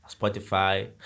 Spotify